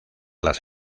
las